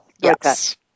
Yes